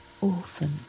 orphan